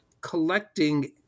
collecting